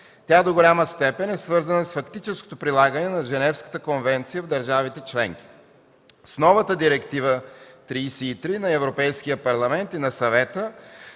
Тя до голяма степен е свързана с фактическото прилагане на Женевската конвенция в държавите членки. С новата Директива 2013/33/ЕС на Европейския парламент и на Съвета